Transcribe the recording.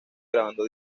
grabando